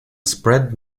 spread